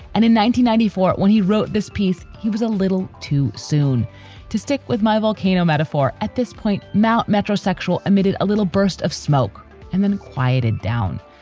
and ninety ninety four, when he wrote this piece, he was a little too soon to stick with my volcano metaphor. at this point, mount metrosexual admitted a little burst of smoke and then quieted down.